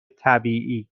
طبیعی